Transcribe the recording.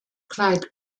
clyde